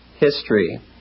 history